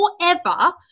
forever